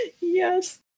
Yes